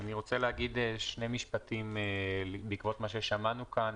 אני רוצה להגיד שני משפטים בעקבות מה ששמענו כאן.